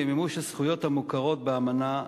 למימוש הזכויות המוכרות באמנה זו.